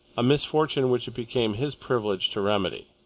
a misfortune which it became his privilege to remedy.